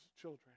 children